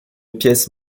pièce